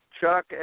Chuck